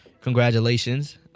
Congratulations